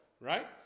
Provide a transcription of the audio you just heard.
Right